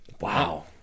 Wow